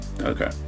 Okay